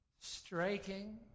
Striking